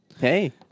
Hey